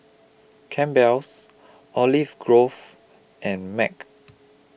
Campbell's Olive Grove and Mac